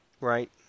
Right